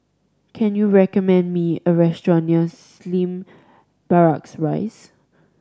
can you recommend me a restaurant near Slim Barracks Rise